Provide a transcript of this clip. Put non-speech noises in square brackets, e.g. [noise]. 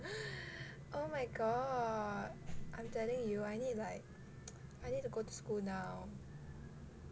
[breath] oh my god I'm telling you I need like I need to go to school now